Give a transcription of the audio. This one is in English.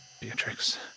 Beatrix